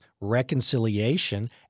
reconciliation